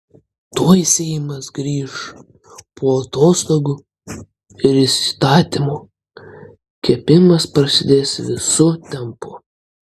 tuoj seimas grįš po atostogų ir įstatymų kepimas prasidės visu tempu